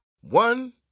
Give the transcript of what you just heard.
One